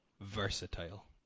versatile